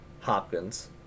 Hopkins